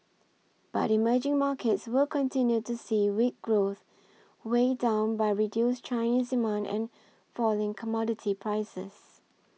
but emerging markets will continue to see weak growth weighed down by reduced Chinese demand and falling commodity prices